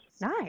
nice